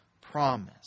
promise